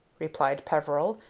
replied peveril,